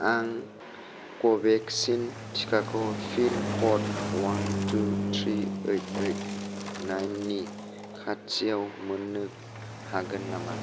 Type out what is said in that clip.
आं कवेक्सिन टिकाखौ फिन code one two three eight eight नाइननि खाथिआव मोन्नो हागोन नामा